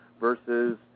versus –